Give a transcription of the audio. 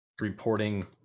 reporting